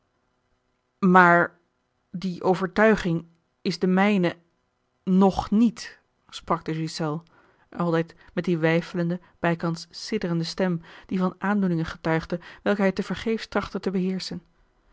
maar die overtuiging is de mijne nog niet sprak de ghiselles altijd met die weifelende bijkans sidderende stem die van aandoeningen getuigde welke hij tevergeefs trachtte te beheerschen